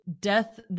death